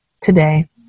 today